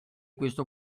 questo